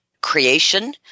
creation